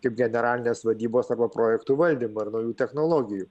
kaip generalinės vadybos arba projektų valdymo ir naujų technologijų